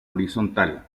horizontal